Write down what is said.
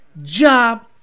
job